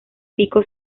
pico